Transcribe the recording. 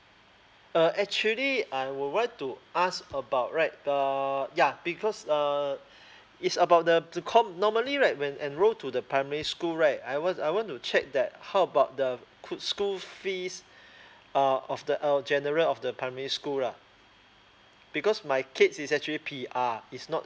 uh actually I will want to ask about right err ya because err is about the the com normally right when enrol to the primary school right I want I want to check that how about the school fees uh of the uh general of the primary school lah because my kid is actually P_R he's not